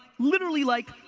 literally, like.